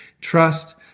trust